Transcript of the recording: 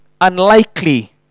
unlikely